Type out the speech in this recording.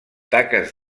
taques